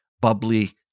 bubbly